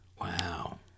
Wow